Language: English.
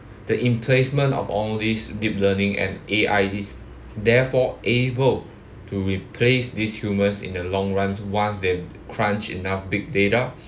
the emplacement of all this deep learning and A_I is therefore able to replace these humans in the long run once they crunch enough big data